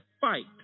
fight